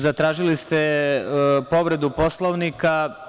Zatražili ste povredu Poslovnika.